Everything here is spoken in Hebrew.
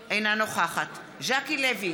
בעד ז'קי לוי,